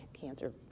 cancer